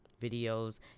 videos